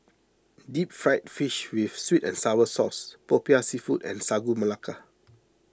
Deep Fried Fish with Sweet and Sour Sauce Popiah Seafood and Sagu Melaka